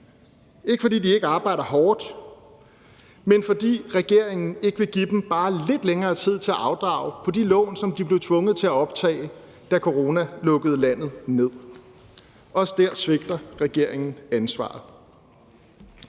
ikke, fordi de ikke arbejder hårdt, men fordi regeringen ikke vil give dem bare lidt længere tid til at afdrage på de lån, som de blev tvunget til at optage, da corona lukkede landet ned. Også der svigter regeringen ansvaret.